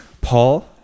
Paul